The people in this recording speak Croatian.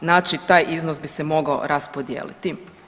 Znači taj iznos bi se mogao raspodijeliti.